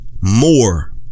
more